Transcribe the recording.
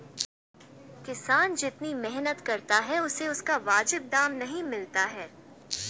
किसान जितनी मेहनत करता है उसे उसका वाजिब दाम नहीं मिलता है